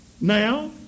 Now